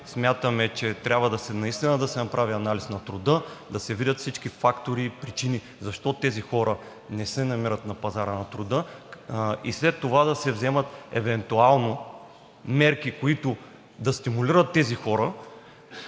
смятаме, че трябва наистина да се направи анализ на труда, да се видят всички фактори и причини защо тези хора не се намират на пазара на труда и след това да се вземат евентуално мерки, които да ги стимулират да